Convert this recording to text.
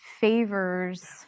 favors